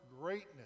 greatness